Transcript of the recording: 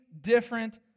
different